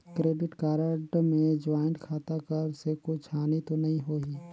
Credit card मे joint खाता कर से कुछ हानि तो नइ होही?